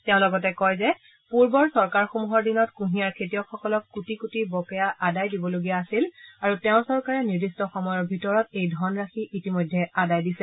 তেওঁ লগতে কয় যে পূৰ্বৰ চৰকাৰসমূহৰ দিনত কুঁহিয়াৰ খেতিয়কসকলক কোটি কোটি বকেয়া আদায় দিবলগীয়া আছিল আৰু তেওঁৰ চৰকাৰে নিৰ্দিষ্ট সময়ৰ ভিতৰত এই ধনৰাশি ইতিমধ্যে আদায় দিছে